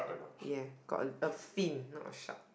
ya got a a fin not a shark